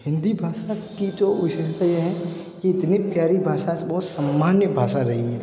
हिंदी भाषा की जो विशेषता ये हैं कि इतनी प्यारी भाषा से बहुत समान्य भाषा रही है